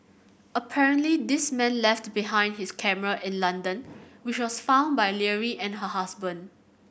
apparently this man left behind his camera in London which was found by Leary and her husband